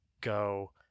go